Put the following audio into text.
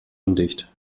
undicht